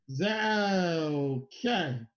Okay